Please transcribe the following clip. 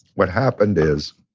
what happened is,